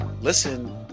Listen